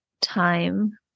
time